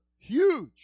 Huge